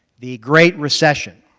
the great recession,